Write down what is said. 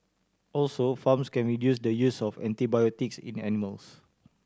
also farms can reduce the use of antibiotics in animals